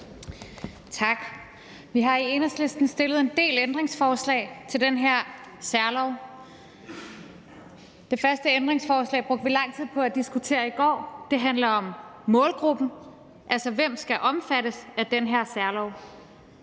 Tak. Vi i Enhedslisten har stillet en del ændringsforslag til det her særlovforslag. Det første ændringsforslag brugte vi lang tid på at diskutere i går; det handler om målgruppen, altså hvem der skal omfattes af den her særlov.